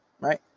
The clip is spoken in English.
right